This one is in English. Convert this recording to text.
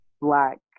Black